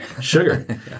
Sugar